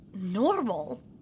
normal